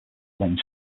lane